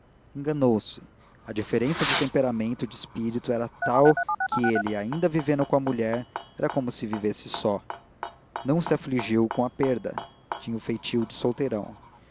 enganou-se a diferença de temperamento e de espírito era tal que ele ainda vivendo com a mulher era como se vivesse só não se afligiu com a perda tinha o feitio do solteirão